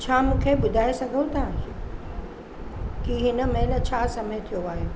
छा मूंखे ॿुधाए सघो था की हिनमहिल छा समय थियो आहे